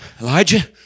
Elijah